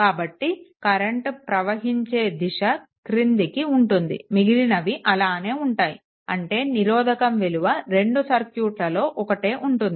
కాబట్టి కరెంట్ ప్రవహించే దిశ క్రిందికి ఉంటుంది మిగిలినవి అలానే ఉంటాయి అంటే నిరోధకం విలువ రెండు సర్క్యూట్లలో ఒకటే ఉంటుంది